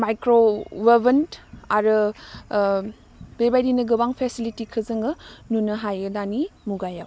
micro oven आरो ओह बेबायदिनो गोबां पेसेलिटिखौ जोङो नुनो हायो दानि मुगायाव